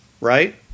Right